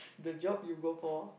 the job you go for